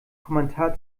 kommentar